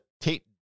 tate